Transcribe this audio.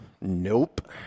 Nope